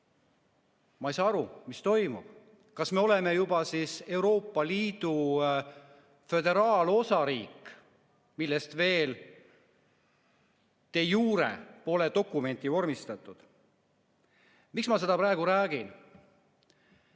Ma ei saa aru, mis toimub. Kas me oleme juba Euroopa Liidu föderaalosariik, mille kohta veelde jurepole dokumenti vormistatud? Miks ma seda praegu räägin?